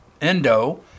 Endo